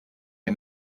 and